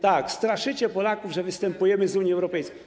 Tak, straszycie Polaków, że występujemy z Unii Europejskiej.